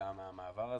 מהמעבר הזה.